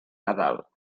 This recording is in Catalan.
nadal